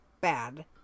bad